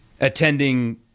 attending